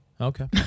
Okay